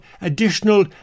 additional